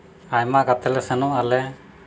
ᱟᱭᱢᱟ ᱜᱟᱛᱮ ᱞᱮ ᱥᱮᱱᱚᱜ ᱟᱞᱮ